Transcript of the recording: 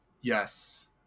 Yes